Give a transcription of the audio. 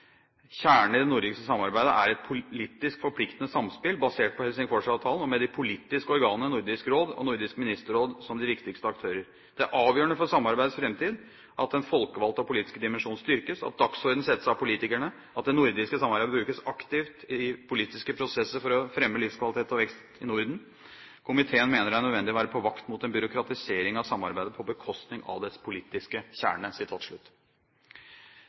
kjernen i det nordiske samarbeidet er et politisk forpliktende samspill, basert på Helsingforsavtalen og med de politiske organene Nordisk Råd og Nordisk Ministerråd som de viktigste aktører. Det er avgjørende for samarbeidets fremtid at den folkevalgte og politiske dimensjon styrkes, at dagsorden settes av politikerne og at det nordiske samarbeid brukes aktivt i politiske prosesser for å fremme livskvalitet og vekst i Norden. Komiteen mener det er nødvendig å være på vakt mot en byråkratisering av samarbeidet på bekostning av dets politiske kjerne.»